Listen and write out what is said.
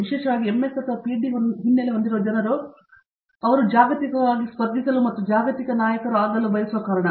ವಿಶೇಷವಾಗಿ MS ಅಥವಾ PhD ಹಿನ್ನೆಲೆ ಹೊಂದಿರುವ ಜನರು ಅವರು ಜಾಗತಿಕವಾಗಿ ಸ್ಪರ್ಧಿಸಲು ಮತ್ತು ಜಾಗತಿಕ ನಾಯಕರು ಆಗಲು ಬಯಸುವ ಕಾರಣ